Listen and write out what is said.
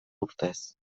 urtez